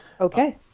Okay